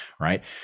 right